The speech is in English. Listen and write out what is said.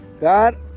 God